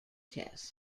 test